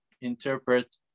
interpret